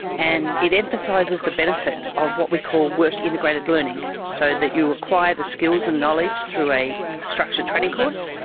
and it emphasises the benefit of what we call work integrated learning, so that you acquire the skills and knowledge through a structured training course,